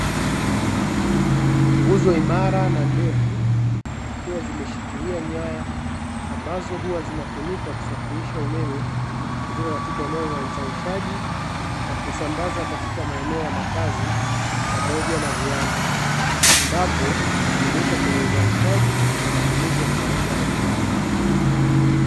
Nguzo imara na ndefu, zikiwa zimeshikilia nyaya ambazo huwa zinatumika kusafirisha umeme, kutoka katika eneo la uzalishaji na kusambaza katika maeneo ya makazi pamoja na viwanda, ambapo hutumika kwenye uzalishaji na matumizi ya kawaida ya nyumbani.